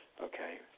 Okay